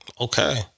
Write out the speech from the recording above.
Okay